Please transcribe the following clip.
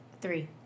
Three